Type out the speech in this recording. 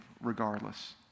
regardless